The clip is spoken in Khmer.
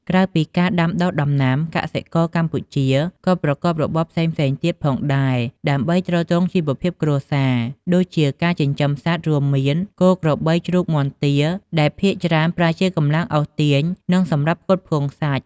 ក្រៅពីការដាំដុះដំណាំ កសិករកម្ពុជាក៏ប្រកបរបរផ្សេងៗទៀតផងដែរដើម្បីទ្រទ្រង់ជីវភាពគ្រួសារ ដូចជា ការចិញ្ចឹមសត្វ រួមមាន គោ ក្របី ជ្រូក មាន់ ទា ដែលភាគច្រើនប្រើជាកម្លាំងអូសទាញ និងសម្រាប់ផ្គត់ផ្គង់សាច់។